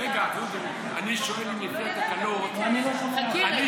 דודו, אני שואל אם לפי התקנון, אני לא שומע אותך.